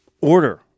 order